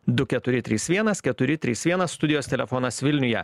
du keturi trys vienas keturi trys vienas studijos telefonas vilniuje